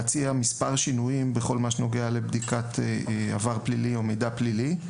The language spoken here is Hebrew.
חשבנו להציע מספר שינויים בכל מה שנוגע לבדיקת עבר פלילי או מידע פלילי.